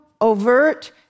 overt